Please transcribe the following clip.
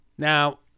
Now